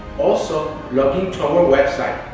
also, log and so ah website,